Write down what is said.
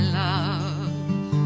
love